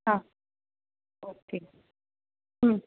आं ओके